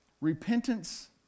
Repentance